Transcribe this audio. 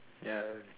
ya